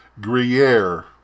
Gruyere